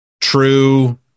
true